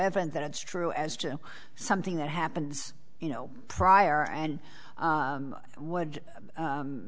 evident that it's true as joe something that happens you know prior and